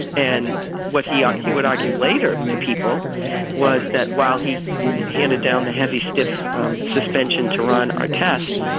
and what he thought he would argue later to people was that while he handed down the heavy, stiff um suspension to run our test,